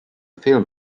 film